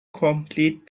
complete